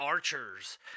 Archers